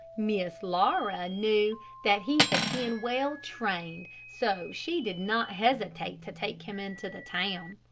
miss laura knew that he had been well trained, so she did not hesitate to take him into the town.